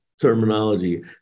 terminology